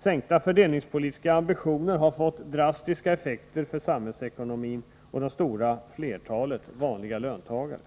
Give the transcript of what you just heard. Sänkta fördelningspolitiska ambitioner har fått drastiska effekter för samhällsekonomin och det stora flertalet vanliga löntagare.